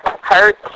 hurt